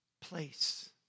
place